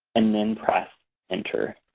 and then press enter.